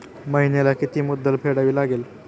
महिन्याला किती मुद्दल फेडावी लागेल?